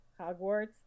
hogwarts